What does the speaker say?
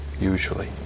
usually